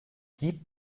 gibt